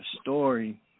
story